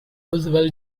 roswell